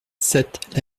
sept